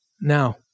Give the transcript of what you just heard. Now